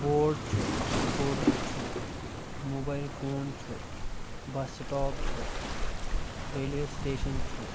بوڑ چھُ سکوٗٹر چھُ موبایِل فون چھُ بس سٹاپ چھُ ریلوے سٹیشن چھُ